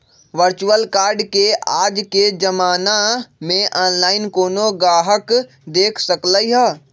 virtual card के आज के जमाना में ऑनलाइन कोनो गाहक देख सकलई ह